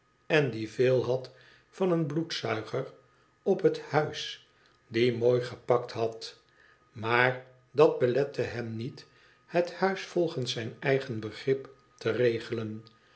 en die veel had van een bloedzuiger op het huis die i mooi gepakt had maar dat belette hem niet het huis volgens zijn eigen begrip te regelen